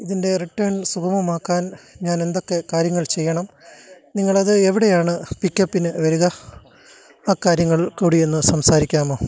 ഇതിൻ്റെ റിട്ടേൺ സുഖമമാക്കാൻ ഞാൻ എന്തൊക്കെ കാര്യങ്ങൾ ചെയ്യണം നിങ്ങളത് എവിടെയാണ് പിക്കപ്പിന് വരിക അക്കാര്യങ്ങൾ കൂടിയൊന്ന് സംസാരിക്കാമോ